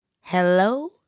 Hello